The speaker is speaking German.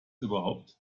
überhaupt